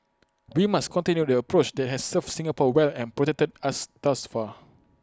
we must continue the approach that has served Singapore well and protected us thus far